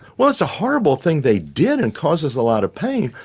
well that's a horrible thing they did and causes a lot of pain.